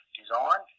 design